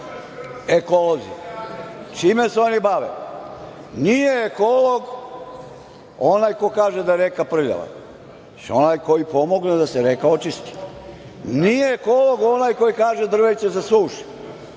ekolozi čime se oni bave. Nije ekolog onaj koji kaže da je reka prljava, već onaj koji pomogne da se reka očisti. Nije ekolog onaj koji kaže drveće se suši,